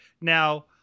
Now